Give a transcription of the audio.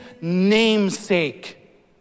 namesake